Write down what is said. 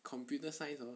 computer science hor